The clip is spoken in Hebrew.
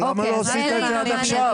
אבל, למה לא עשית את זה עד עכשיו?